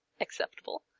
acceptable